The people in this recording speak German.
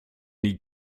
die